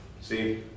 see